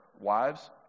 Wives